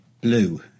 blue